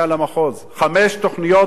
חמש תוכניות במקביל,